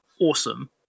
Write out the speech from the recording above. Awesome